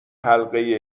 حلقه